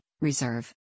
reserve